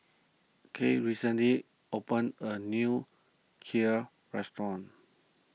Kate recently opened a new Kheer restaurant